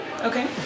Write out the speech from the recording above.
Okay